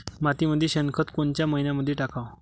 मातीमंदी शेणखत कोनच्या मइन्यामंधी टाकाव?